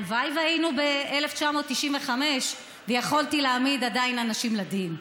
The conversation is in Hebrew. הלוואי שהיינו ב-1995 ועדיין יכולתי להעמיד אנשים לדין.